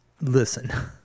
listen